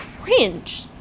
cringe